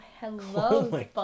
hello